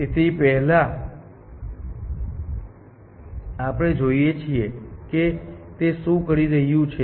તેથી પહેલા આપણે જોઈએ છીએ કે તે શું કહી રહ્યું છે